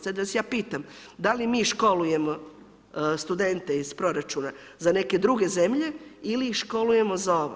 Sad vas ja pitam, da li mi školujemo studente iz proračuna za neke druge zemlje ili ih školujemo za ovo?